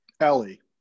Ellie